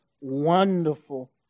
wonderful